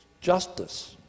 justice